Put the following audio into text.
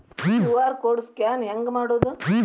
QR code scan ಹೆಂಗ್ ಮಾಡೋದು?